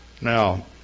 Now